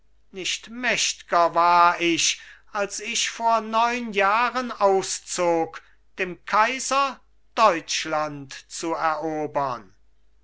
nicht mächtger war ich als ich vor neun jahren auszog dem kaiser deutschland zu erobern